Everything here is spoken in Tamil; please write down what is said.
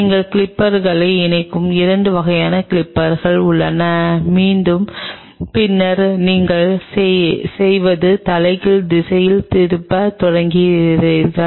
நீங்கள் கிளிப்பர்களை இணைக்கும் 2 வகையான கிளிப்பர்கள் உள்ளன பின்னர் நீங்கள் செய்வது தலைகீழ் திசையில் திருப்பத் தொடங்குகிறது